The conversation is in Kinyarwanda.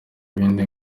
ibindi